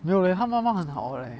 没有 leh 他妈妈很好 leh